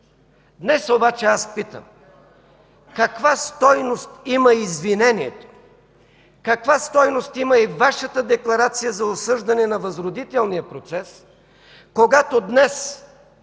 Днес обаче аз питам: каква стойност има извинението? Каква стойност има и Вашата декларация за осъждане на възродителния процес, когато днес